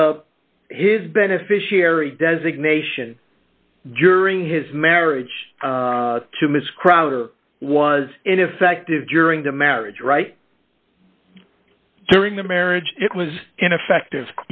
the his beneficiary designation during his marriage to ms crowder was it effective during the marriage right during the marriage it was ineffect